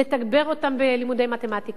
לתגבר אותם בלימודי מתמטיקה.